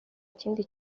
ikindi